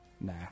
Nah